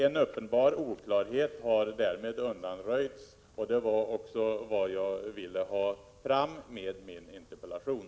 En uppenbar oklarhet har därmed undanröjts, vilket också var vad jag ville med min interpellation.